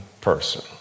person